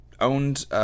owned